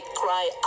cry